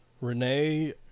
Renee